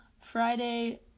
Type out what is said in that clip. Friday